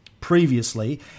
previously